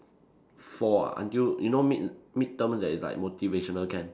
four ah until you know mid mid terms there is like motivational camp